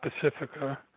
Pacifica